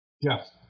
Yes